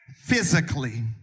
physically